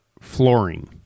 Flooring